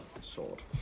sword